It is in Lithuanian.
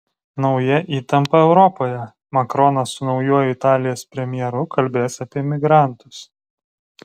nauja įtampa europoje makronas su naujuoju italijos premjeru kalbės apie migrantus